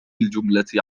الجملة